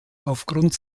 aufgrund